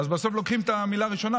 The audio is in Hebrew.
בסוף לוקחים את המילה הראשונה,